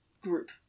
group